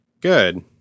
good